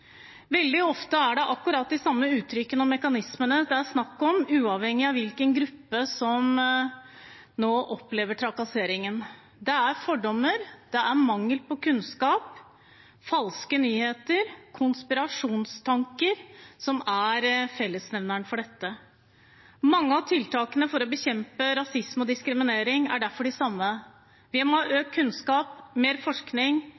Veldig ofte er det akkurat de samme uttrykkene og mekanismene det er snakk om, uavhengig av hvilken gruppe som nå opplever trakasseringen. Det er fordommer, det er mangel på kunnskap, falske nyheter og konspirasjonstanker som er fellesnevneren for dette. Mange av tiltakene for å bekjempe rasisme og diskriminering er derfor de samme: Vi må ha økt kunnskap, mer forskning,